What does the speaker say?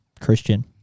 Christian